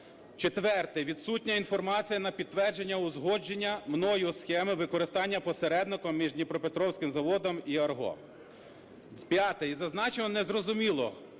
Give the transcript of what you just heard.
четверте – відсутня інформація на підтвердження узгодження мною схеми використання посередником між Дніпропетровським заводом і "Арго"; п'яте – із зазначеного не зрозуміло,